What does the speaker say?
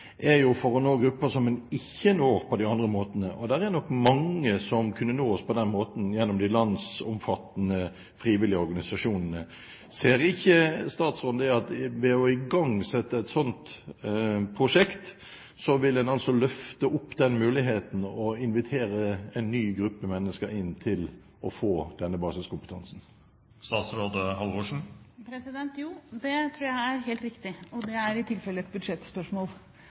er jo for å nå grupper som en ikke når på de andre måtene. Og det er nok mange som kunne nås på den måten, gjennom de landsomfattende frivillige organisasjonene. Ser ikke statsråden at ved å igangsette et sånt prosjekt ville en løfte opp den muligheten og invitere en ny gruppe mennesker til å få denne basiskompetansen? Jo, det tror jeg er helt riktig, og det er i tilfelle et budsjettspørsmål.